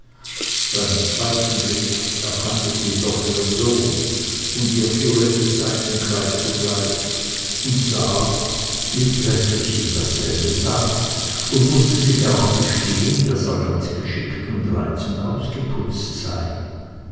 beim zweiten blick erkannte sie jedoch ihren sohn und ihr violettes seidenkleid zugleich und sah wie trefflich ihm dasselbe saß und mußte sich auch gestehen daß er ganz geschickt und reizend ausgeputzt sei